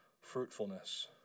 fruitfulness